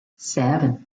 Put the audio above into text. seven